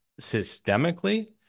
systemically